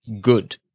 good